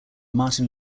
martin